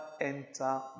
enter